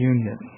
Union